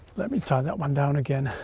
let me tie that one down again,